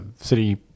city